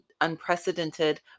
unprecedented